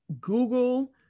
google